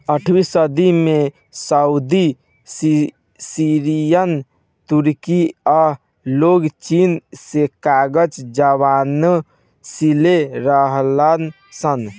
आठवीं सदी में सऊदी, सीरिया, तुर्की कअ लोग चीन से कागज बनावे सिले रहलन सन